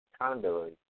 accountability